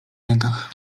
rękach